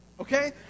Okay